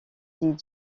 dit